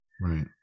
right